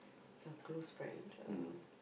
ya close friend uh